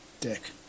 Dick